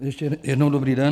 Ještě jednou dobrý den.